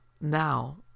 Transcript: Now